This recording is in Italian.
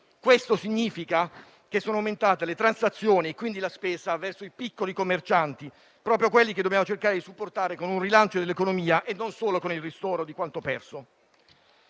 Ciò significa che sono aumentate le transazioni e, quindi, la spesa verso i piccoli commercianti, che sono proprio coloro che dobbiamo cercare di supportare con un rilancio dell'economia e non solo con il ristoro di quanto perso.